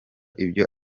ibyo